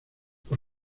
por